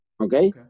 Okay